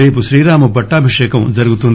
రేపు శ్రీరామ పట్టాభిషేకం జరుగుతుంది